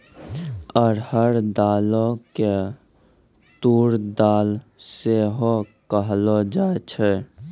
अरहर दालो के तूर दाल सेहो कहलो जाय छै